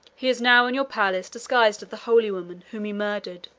he is now in your palace disguised as the holy woman whom he murdered.